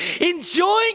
enjoying